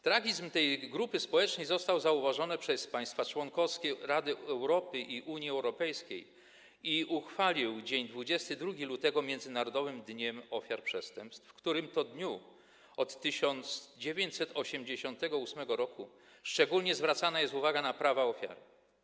Tragizm tej grupy społecznej został zauważony przez państwa członkowskie Rady Europy i Unii Europejskiej, dlatego uchwalono dzień 22 lutego międzynarodowym dniem ofiar przestępstw, w którym to dniu od 1988 r. szczególnie zwracana jest uwaga na prawa ofiar.